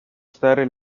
stare